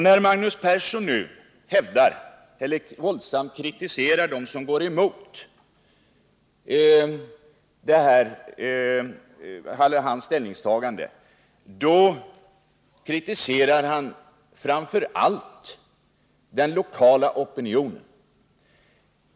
När Magnus Persson nu våldsamt kritiserar dem som går emot hans ställningstagande kritiserar han framför allt den lokala opinionen.